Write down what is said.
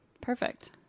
Perfect